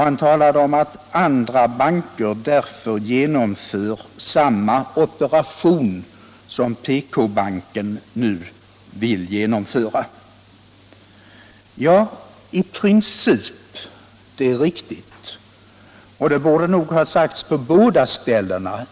Han sade vidare att andra banker därför genomför samma operation som PK-banken nu vill genomföra. I princip — det är riktigt. Det uttrycket borde nog ha använts på båda ställena.